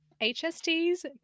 HSTs